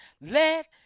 let